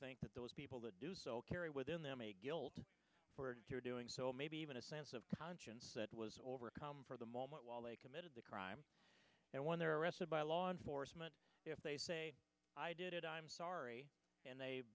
think that those people to do so carry within them a guilt you're doing so maybe even a sense of conscience that was overcome for the moment while they committed the crime and when they're arrested by law enforcement if they say i did it i'm sorry and they